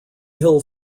hill